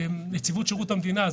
נציבות שירות המדינה.